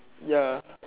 ya